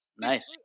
Nice